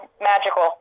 magical